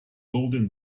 golden